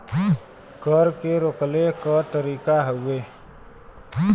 कर के रोकले क तरीका हउवे